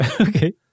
okay